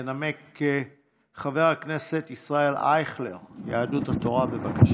ינמק חבר הכנסת ישראל אייכלר מיהדות התורה, בבקשה.